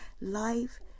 life